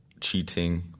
cheating